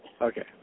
Okay